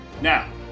Now